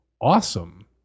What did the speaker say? awesome